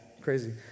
crazy